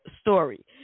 story